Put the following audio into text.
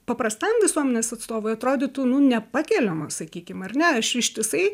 paprastam visuomenės atstovui atrodytų nu nepakeliamos sakykim ar ne aš ištisai